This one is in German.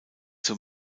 zur